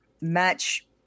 Match